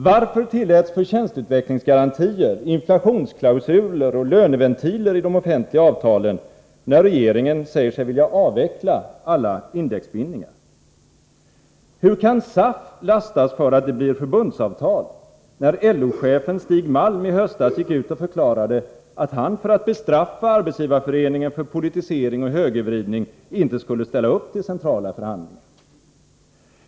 Varför tilläts förtjänstutvecklingsgarantier, inflationsklausuler och löneventiler i de offentliga avtalen när regeringen säger sig vilja avveckla alla indexbindningar? Hur kan SAF lastas för att det blir förbundsavatal, när LO-chefen Stig Malm i höstas gick ut och förklarade att han för att bestraffa Arbetsgivareföreningen för politisering och högervridning inte skulle ställa upp till centrala förhandlingar?